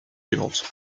violente